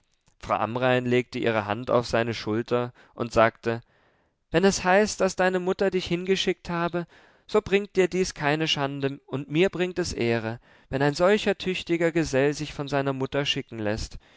frau amrain legte ihre hand auf seine schulter und sagte wenn es heißt daß deine mutter dich hingeschickt habe so bringt dir dies keine schande und mir bringt es ehre wenn ein solcher tüchtiger gesell sich von seiner mutter schicken läßt